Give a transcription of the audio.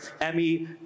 Emmy